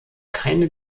keine